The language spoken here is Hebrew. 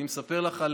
אני מספר לך על